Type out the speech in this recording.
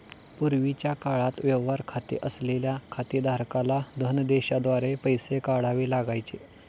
पूर्वीच्या काळात व्यवहार खाते असलेल्या खातेधारकाला धनदेशाद्वारे पैसे काढावे लागायचे